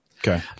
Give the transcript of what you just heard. Okay